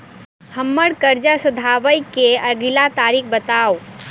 हम्मर कर्जा सधाबई केँ अगिला तारीख बताऊ?